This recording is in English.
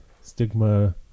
stigma